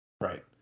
right